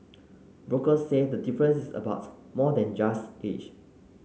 brokers say the difference is about more than just age